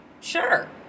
Sure